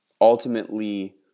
ultimately